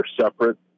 separate